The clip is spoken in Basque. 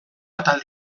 atal